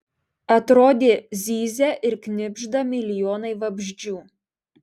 atrodė zyzia ir knibžda milijonai vabzdžių